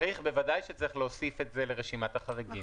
בוודאי שצריך להוסיף את זה לרשימת החריגים.